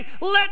let